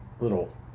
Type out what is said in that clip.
little